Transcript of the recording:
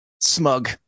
smug